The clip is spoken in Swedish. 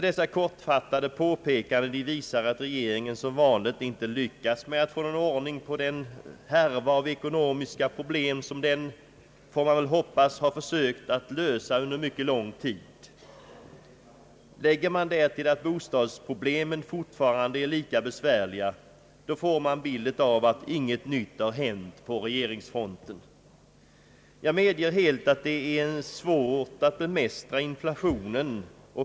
Dessa kortfattade påpekanden visar att regeringen som vanligt inte lyckats med att få någon ordning på den härva av ekonomiska problem, som den — får man väl hoppas — har försökt lösa under mycket lång tid. Lägger man därtill att bostadsproblemen fortfarande är lika besvärliga, får man ett intryck av att ingenting nytt har hänt på regeringsfronten. Jag medger gärna att det är svårt att bemästra inflationen.